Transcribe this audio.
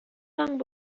long